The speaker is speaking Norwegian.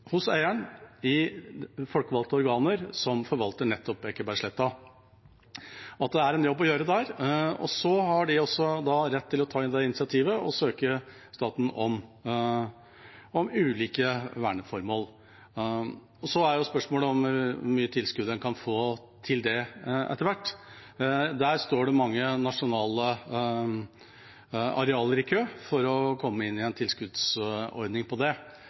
folkevalgte organer som forvalter Ekebergsletta, og at det er en jobb å gjøre der. Så har de rett til å ta initiativ og søke staten om tilskudd til ulike verneformål. Spørsmålet er hvor mye tilskudd en kan få til det etter hvert. Det står mange nasjonale arealer i kø for å komme inn i en tilskuddsordning.